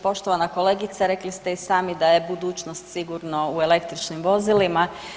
Poštovana kolegice, rekli ste i sami da je budućnost sigurno u električnim vozilima.